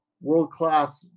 world-class